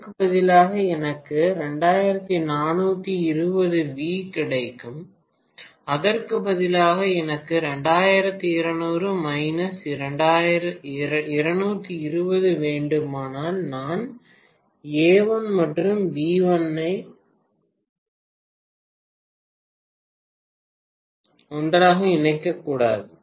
அதற்கு பதிலாக எனக்கு 2420 வி கிடைக்கும் அதற்கு பதிலாக எனக்கு 2200 220 வேண்டுமானால் நான் ஏ 1 மற்றும் பி 1 ஐ ஒன்றாக இணைக்கக்கூடாது